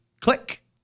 click